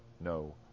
no